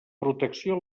protecció